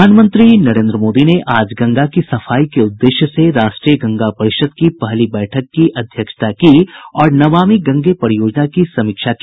प्रधानमंत्री नरेन्द्र मोदी ने आज गंगा की सफाई के उद्देश्य से राष्ट्रीय गंगा परिषद की पहली बैठक की अध्यक्षता की और नमामि गंगे परियोजना की समीक्षा की